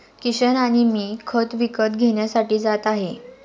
किशन आणि मी खत विकत घेण्यासाठी जात आहे